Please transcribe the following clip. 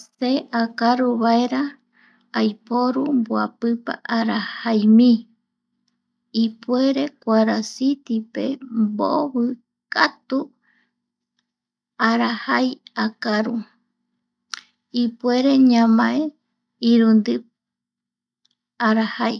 Se akaru vaera aiporu mboapipa arajaimi, ipuere kuarasitipe móvikátu (pausa)arajai akaru, ipuere ñamae irundi arajai